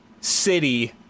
City